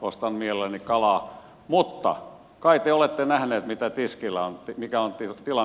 ostan mielelläni kalaa mutta kai te olette nähneet mikä on tilanne tiskillä